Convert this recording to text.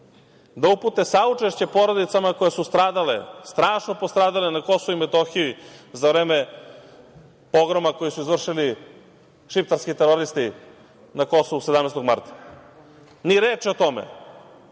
da upute saučešće porodicama koje su stradale, strašno postradale na KiM za vreme pogroma koji su izvršili šiptarski teroristi na Kosovu 17. marta. Ni reči o tome,